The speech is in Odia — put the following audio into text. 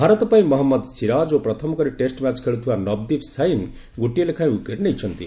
ଭାରତ ପାଇଁ ମହମ୍ମଦ ଶିରାଜ୍ ଓ ପ୍ରଥମ କରି ଟେଷ୍ଟ ମ୍ୟାଚ୍ ଖେଳୁଥିବା ନବଦୀପ୍ ସାଇନି ଗୋଟିଏ ଲେଖାଏଁ ୱିକେଟ୍ ନେଇଛନ୍ତି